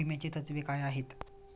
विम्याची तत्वे काय आहेत?